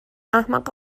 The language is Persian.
احمق